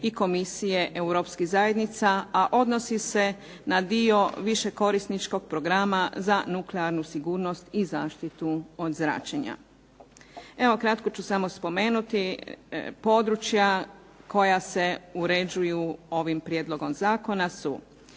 i Komisije Europskih zajednica, a odnosi se na dio više korisničkog programa za nuklearnu sigurnost i zaštitu od zračenja. Evo kratko ću samo spomenuti područja koja se uređuju ovim prijedlogom zakona su: